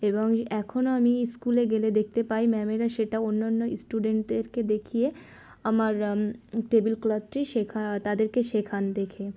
এবং এখনও আমি স্কুলে গেলে দেখতে পাই ম্যামেরা সেটা অন্যান্য স্টুডেন্টদেরকে দেখিয়ে আমার টেবিল ক্লথ টি শেখা তাদেরকে শেখান দেখে